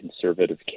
conservative